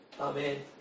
Amen